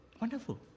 Wonderful